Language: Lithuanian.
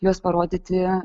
juos parodyti